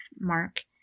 Mark